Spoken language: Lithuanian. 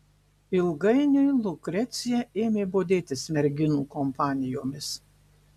ilgainiui lukrecija ėmė bodėtis merginų kompanijomis